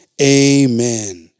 Amen